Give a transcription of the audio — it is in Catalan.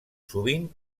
sovint